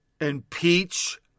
impeach